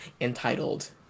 entitled